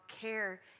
care